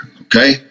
okay